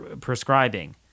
prescribing